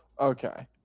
Okay